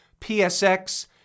psx